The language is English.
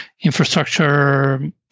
infrastructure